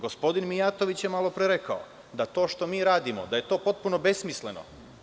Gospodin Mijatović je malopre rekao da to što mi radimo da je to potpuno besmisleno.